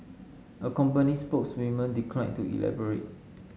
a company spokeswoman declined to elaborate